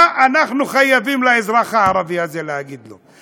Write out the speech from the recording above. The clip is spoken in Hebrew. מה אנחנו חייבים לאזרח הערבי הזה, מה להגיד לו?